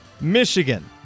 Michigan